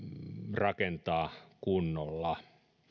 rakentaa kunnolla